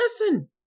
Listen